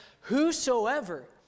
Whosoever